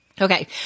Okay